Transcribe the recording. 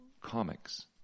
comics